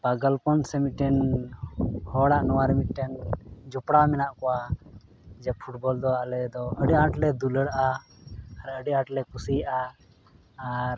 ᱯᱟᱜᱚᱞ ᱯᱚᱱ ᱥᱮ ᱢᱤᱫᱴᱮᱱ ᱦᱚᱲᱟᱜ ᱱᱚᱣᱟᱨᱮ ᱢᱤᱫᱴᱮᱱ ᱡᱚᱯᱲᱟᱣ ᱢᱮᱱᱟᱜ ᱠᱚᱣᱟ ᱡᱮ ᱯᱷᱩᱴᱵᱚᱞ ᱫᱚ ᱟᱞᱮᱫᱚ ᱟᱹᱰᱤ ᱟᱸᱴᱞᱮ ᱫᱩᱞᱟᱹᱲᱟᱜᱼᱟ ᱟᱨ ᱟᱹᱰᱤ ᱟᱸᱴᱞᱮ ᱠᱩᱥᱤᱭᱟᱜᱼᱟ ᱟᱨ